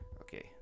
okay